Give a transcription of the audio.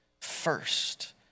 first